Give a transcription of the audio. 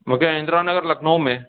मूंखे इन्द्रा नगर लखनऊ में